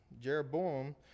Jeroboam